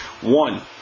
one